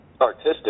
artistic